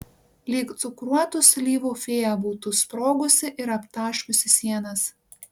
lyg cukruotų slyvų fėja būtų sprogusi ir aptaškiusi sienas